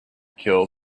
kill